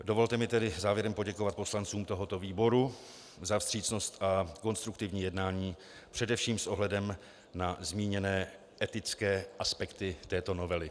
Dovolte mi tedy závěrem poděkovat poslancům tohoto výboru za vstřícnost a konstruktivní jednání především s ohledem na zmíněné etické aspekty této novely.